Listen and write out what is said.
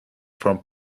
from